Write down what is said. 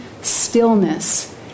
stillness